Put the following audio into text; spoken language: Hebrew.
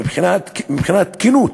מבחינת תקינות.